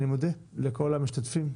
אני מודה לכל המשתתפים,